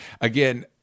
Again